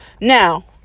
Now